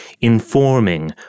informing